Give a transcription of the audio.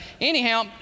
anyhow